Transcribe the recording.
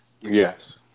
Yes